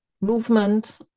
movement